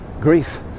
grief